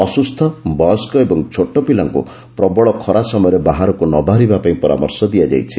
ଅସୁସ୍ଥ ବୟସ୍କ ଏବଂ ଛୋଟ ପିଲାଙ୍କୁ ପ୍ରବଳ ଖରା ସମୟରେ ବାହାରକୁ ନ ବାହାରିବା ପାଇଁ ପରାମର୍ଶ ଦିଆଯାଇଛି